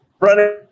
running